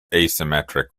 asymmetric